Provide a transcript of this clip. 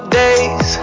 days